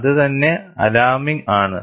അത് തന്നെ അലാർമിങ് ആണ്